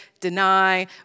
deny